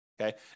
okay